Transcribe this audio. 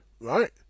Right